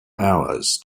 hours